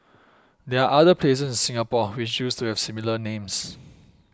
there're other places in Singapore which used to have similar names